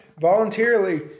voluntarily